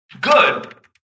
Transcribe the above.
good